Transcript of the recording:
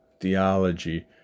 theology